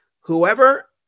whoever